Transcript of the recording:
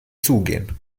zugehen